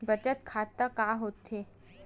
बचत खाता का होथे?